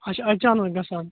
اچھا اچانٛک گَژھان